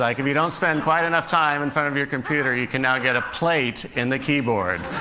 like, if you don't spend quite enough time in front of your computer, you can now get a plate in the keyboard,